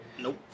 Nope